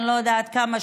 אני לא יודעת כמה,